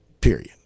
period